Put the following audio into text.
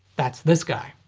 that's this guy.